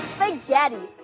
Spaghetti